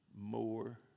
more